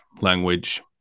language